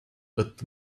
but